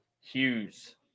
Hughes